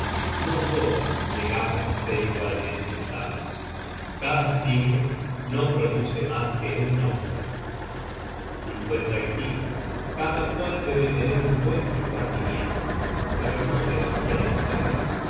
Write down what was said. no todos llegamos á ser igualmente sabios cada siglo no produce mas que un hombre cada cual debe tener un buen discernimiento pero no demasiado saber